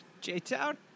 J-town